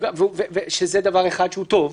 זה דבר אחד שהוא טוב.